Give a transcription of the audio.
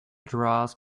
draws